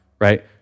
right